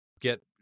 get